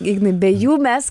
ignai be jų mes